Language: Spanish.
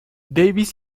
davies